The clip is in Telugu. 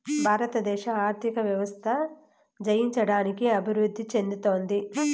భారతదేశ ఆర్థిక వ్యవస్థ జయించడానికి అభివృద్ధి చెందుతోంది